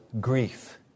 grief